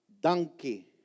Donkey